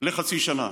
לחצי שנה?